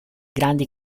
grandi